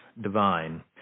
Divine